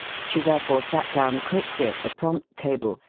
she therefore sat down quickly at the prompt table,